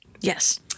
Yes